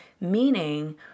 meaning